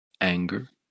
anger